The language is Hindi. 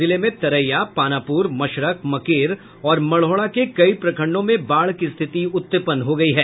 जिले में तरैया पानापुर मशरख मकेर और मढ़ौरा के कई प्रखंडो में बाढ़ की स्थिति उत्पन्न हो गयी है